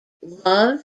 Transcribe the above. love